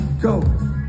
Go